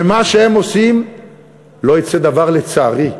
ממה שהם עושים לא יצא דבר, לצערי,